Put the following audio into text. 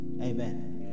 Amen